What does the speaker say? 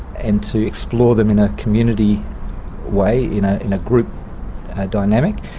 and to explore them in a community way in ah in a group dynamic.